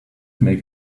make